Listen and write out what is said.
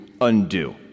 undo